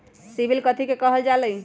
CIBIL कथि के काहल जा लई?